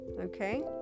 okay